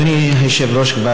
אדוני היושב-ראש,